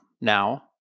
now